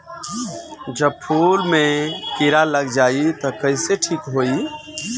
जब फूल मे किरा लग जाई त कइसे ठिक होई?